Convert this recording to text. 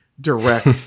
direct